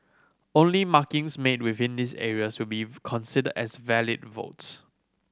only markings made within these areas will be considered as valid votes